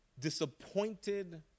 disappointed